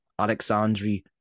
Alexandri